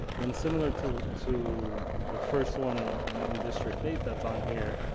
and similar to to the first one in district eight that's on here,